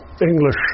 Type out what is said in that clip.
English